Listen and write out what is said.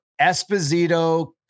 Esposito